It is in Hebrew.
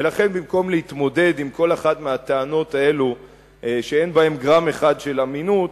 ולכן במקום להתמודד עם כל אחת מהטענות האלו שאין בהן גרם אחד של אמינות,